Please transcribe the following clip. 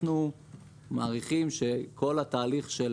אנחנו מעריכים שכל התהליך של